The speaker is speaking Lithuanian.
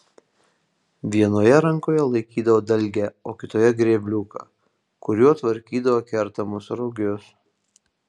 vienoje rankoje laikydavo dalgę o kitoje grėbliuką kuriuo tvarkydavo kertamus rugius